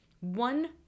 one